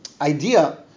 idea